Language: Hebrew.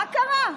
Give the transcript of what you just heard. מה קרה?